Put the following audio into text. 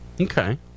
Okay